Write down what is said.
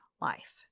life